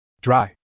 Dry